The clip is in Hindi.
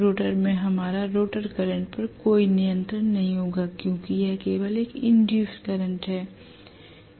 रोटर में हमारा रोटर करंट पर कोई नियंत्रण नहीं होगा क्योंकि यह केवल एक इंड्यूस्ड करंट है